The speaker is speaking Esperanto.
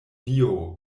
dio